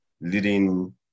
leading